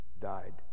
died